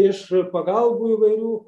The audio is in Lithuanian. iš pagalbų įvairių